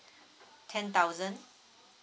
ten thousand